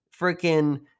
freaking